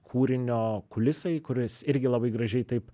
kūrinio kulisai kuris irgi labai gražiai taip